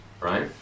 right